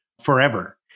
forever